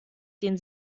den